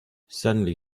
suddenly